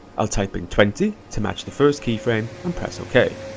i'll type in twenty to match the first keyframe and press ok.